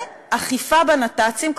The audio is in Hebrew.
ואכיפה בנת"צים,